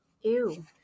Ew